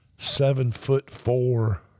seven-foot-four